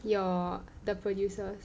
your the producers